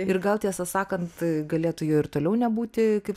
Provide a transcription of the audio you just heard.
ir gal tiesą sakant galėtų jo ir toliau nebūti kaip